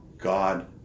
God